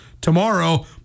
tomorrow